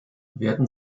werden